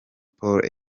paul